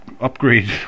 upgrade